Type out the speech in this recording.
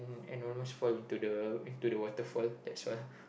and almost fall into the into the waterfall that's why